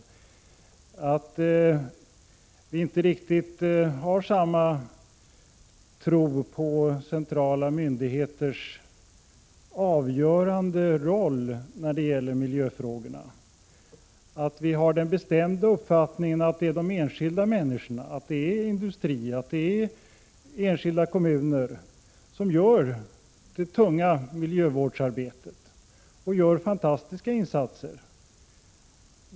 Jag framhöll att vi inte riktigt har samma tro på centrala myndigheters avgörande roll i miljöfrågorna och att vi har den bestämda uppfattningen att det är de enskilda människorna liksom industrier och enskilda kommuner som utför det tunga miljövårdsarbetet och som där gör fantastiska insatser.